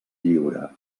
lliure